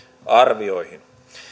arvioihin